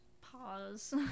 Pause